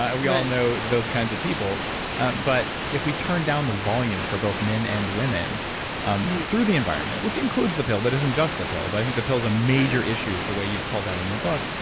we all know those kinds of people but if we turn down the volume for both men and women um through the environment, which includes the pill but isn't just the pill. but i think the pill's a major issue, the way you've called out in your book.